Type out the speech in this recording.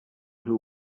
who